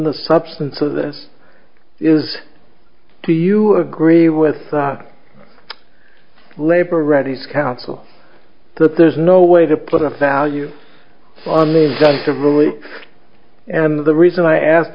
the substance of this is do you agree with the labor ready's counsel that there's no way to put a value on the just of and the reason i ask